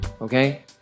okay